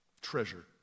treasure